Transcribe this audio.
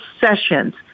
sessions